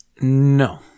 no